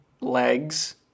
legs